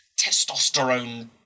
testosterone